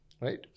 right